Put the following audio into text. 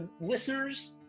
listeners